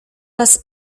raz